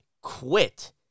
quit